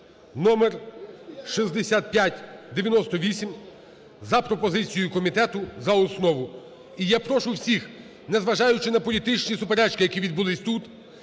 (номер 6598) за пропозицією комітету за основу. І я прошу всіх, незважаючи на політичні суперечки, які відбулись тут,